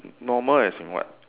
normal as in what